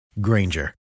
Granger